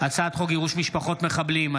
הצעת חוק גירוש משפחות מחבלים,